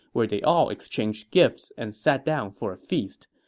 where they all exchanged gifts and sat down for a feast.